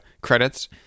credits